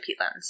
peatlands